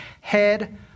head